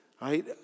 right